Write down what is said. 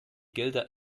gelder